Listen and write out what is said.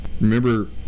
Remember